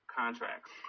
contracts